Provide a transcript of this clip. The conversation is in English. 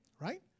Right